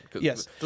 Yes